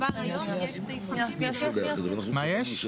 כבר היום יש --- מה יש?